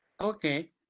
Okay